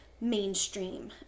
mainstream